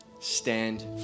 stand